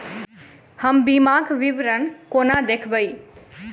हम बीमाक विवरण कोना देखबै?